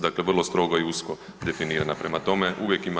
Dakle, vrlo strogo u usko definirana, prema tome uvijek ima